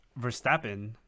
Verstappen